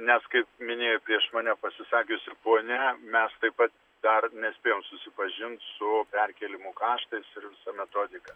nes kaip minėjo prieš mane pasisakiusi ponia mes taip pat dar nespėjom susipažint su perkėlimų kaštais ir visa metodika